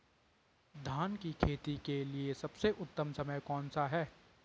धान की खेती के लिए सबसे उत्तम समय कौनसा है?